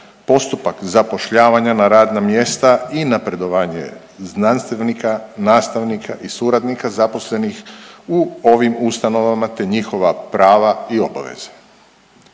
postupak zapošljavanja na radna mjesta i napredovanje znanstvenika, nastavnika i suradnika zaposlenih u ovim ustanovama, te njihova prava i obaveze.